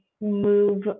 move